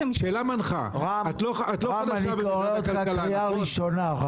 רם, רם, אני קורא אותך קריאה ראשונה.